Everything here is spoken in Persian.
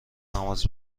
نماز